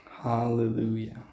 Hallelujah